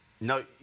No